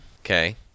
Okay